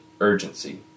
urgency